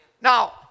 Now